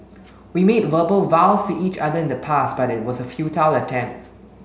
we made verbal vows to each other in the past but it was a futile attempt